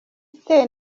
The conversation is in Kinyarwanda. ute